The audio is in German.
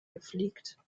gepflegt